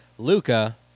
Luca